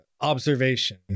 observation